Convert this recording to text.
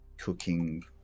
cooking